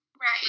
Right